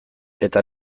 eta